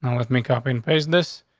and with me, copy and paste this.